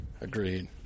Agreed